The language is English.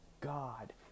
God